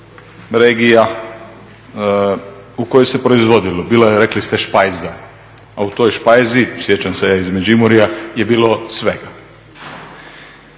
u kojoj ste proizvodilo, bila je rekli ste špajza, a u toj špajzi sjećam se iz Međimurja je bilo svega.